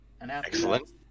Excellent